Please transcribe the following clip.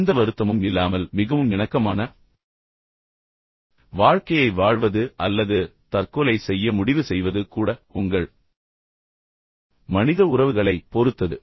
எந்த வருத்தமும் இல்லாமல் மிகவும் இணக்கமான வாழ்க்கையை வாழ்வது அல்லது தற்கொலை செய்ய முடிவு செய்வது கூட உங்கள் மனித உறவுகளைப் பொறுத்தது